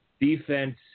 Defense